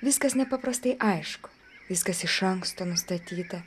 viskas nepaprastai aišku viskas iš anksto nustatyta